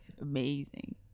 Amazing